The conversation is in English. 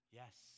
yes